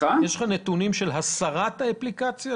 נתונים של הסרת האפליקציה?